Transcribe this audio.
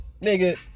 Nigga